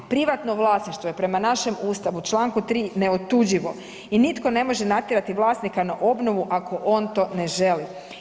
Privatno vlasništvo je prema našem Ustavu Članku 3. neotuđivo i nitko ne može natjerati vlasnika na obnovu ako on to ne želi.